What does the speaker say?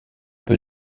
peu